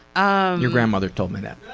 ah your grandmother told me that.